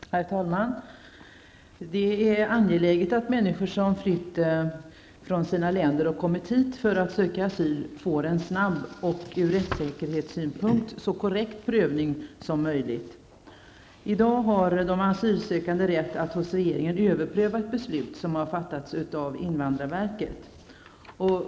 Herr talman! Det är angeläget att människor som har flytt från sina länder och kommit hit för att söka asyl får en snabb och ur rättssäkerhetssynpunkt så korrekt prövning som möjligt. I dag har de asylsökande rätt att hos regeringen överpröva ett beslut som har fattats av invandrarverket.